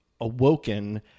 awoken